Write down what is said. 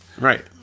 right